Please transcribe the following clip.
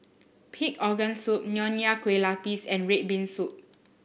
Pig Organ Soup Nonya Kueh Lapis and red bean soup